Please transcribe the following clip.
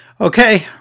Okay